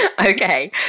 Okay